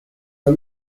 are